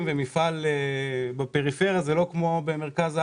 במפעל בפריפריה זה לא כמו במרכז הארץ.